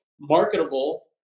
marketable